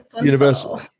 Universal